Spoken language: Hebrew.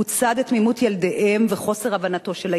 הוא צד את תמימות ילדיהם ואת חוסר הבנתם.